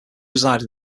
reside